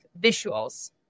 visuals